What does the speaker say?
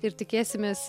ir tikėsimės